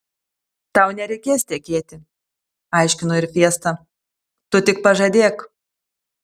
tau nereikės tekėti aiškino ir fiesta tu tik pažadėk